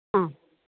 ആ